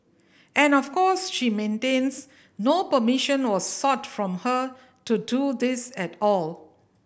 and of course she maintains no permission was sought from her to do this at all